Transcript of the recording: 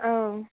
औ